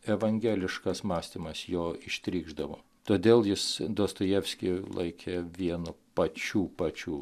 evangeliškas mąstymas jo ištrykšdavo todėl jis dostojevskį laikė vienu pačių pačių